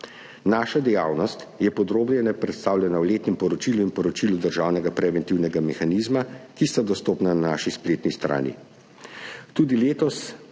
Naša dejavnost je podrobneje predstavljena v letnem poročilu in poročilu državnega preventivnega mehanizma, ki sta dostopni na naši spletni strani.